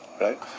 Right